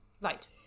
Right